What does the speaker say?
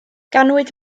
ganwyd